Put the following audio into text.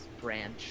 branch